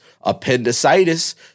appendicitis